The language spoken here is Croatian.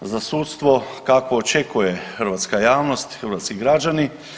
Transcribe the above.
Za sudstvo kakvo očekuje hrvatska javnost i hrvatski građani.